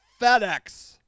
FedEx